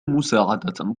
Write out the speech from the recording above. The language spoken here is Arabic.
مساعدة